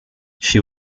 she